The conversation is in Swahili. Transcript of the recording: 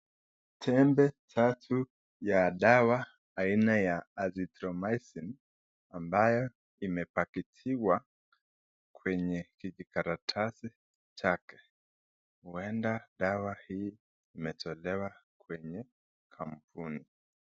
Tembe tatu ya dawa aina ya azithromizine ambayo imepakitiwa iwa kwenye vijikaratasi chake. Huenda dawa hii imetolewa kwenye kampuni